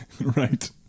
Right